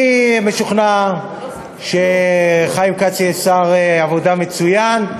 אני משוכנע שחיים כץ יהיה שר עבודה מצוין,